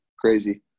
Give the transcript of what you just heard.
crazy